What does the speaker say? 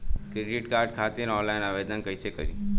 Credit card खातिर online आवेदन कइसे करि?